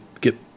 get